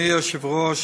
אדוני היושב-ראש,